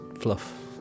fluff